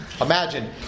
Imagine